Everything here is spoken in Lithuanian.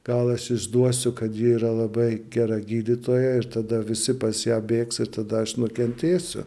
gal aš išduosiu kad ji yra labai gera gydytoja ir tada visi pas ją bėgs ir tada aš nukentėsiu